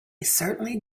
certainly